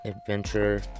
adventure